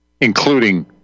including